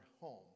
home